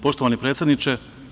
Poštovani predsedniče…